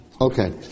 okay